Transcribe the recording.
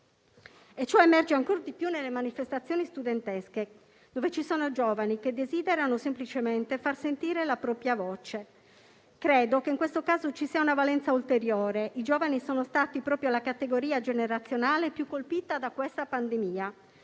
Ciò emerge ancora di più nelle manifestazioni studentesche, dove ci sono giovani che desiderano semplicemente far sentire la propria voce. Credo che in questo caso ci sia una valenza ulteriore: i giovani sono stati proprio la categoria generazionale più colpita dalla pandemia.